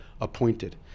appointed